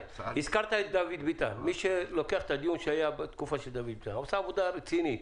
הזכרת את חבר הכנסת דוד ביטן הוא עשה עבודה רצינית.